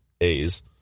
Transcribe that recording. a's